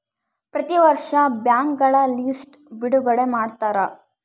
ಪ್ರತಿ ವರ್ಷ ಬ್ಯಾಂಕ್ಗಳ ಲಿಸ್ಟ್ ಬಿಡುಗಡೆ ಮಾಡ್ತಾರ